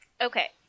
Okay